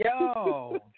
Yo